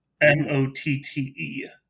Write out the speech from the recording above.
M-O-T-T-E